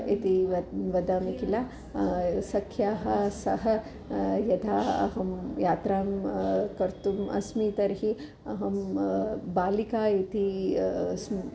इति वद् वदामि किल सख्याः सह यथा अहं यात्रां कर्तुम् अस्मि तर्हि अहं बालिका इति स्